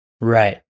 Right